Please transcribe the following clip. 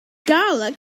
garlic